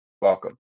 welcome